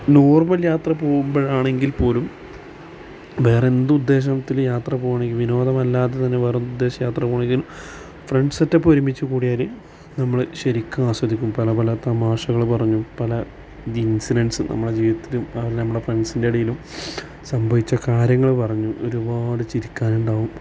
normal യാത്ര പോവുമ്പോഴാണെങ്കിൽ പോലും വേറെ എന്തുദ്ദേശത്തിൽ യാത്ര പോവാണെങ്കിൽ വിനോദമല്ലാത്തതിന് വേറെ വിദേശയാത്ര പോവാണെങ്കിലും ഫ്രണ്ട് സെറ്റപ്പ് ഒരുമിച്ച് കൂടിയാൽ നമ്മൾ ശരിക്കും ആസ്വദിക്കും പല പല തമാശകൾ പറഞ്ഞും പല ദിൻസിഡൻസ് നമ്മുടെ ജീവിതത്തിലും നമ്മുടെ ഫ്രണ്ട്സിൻ്റെ ഇടയിലും സംഭവിച്ച കാര്യങ്ങൾ പറഞ്ഞും ഒരുപാട് ചിരിക്കാനുണ്ടാവും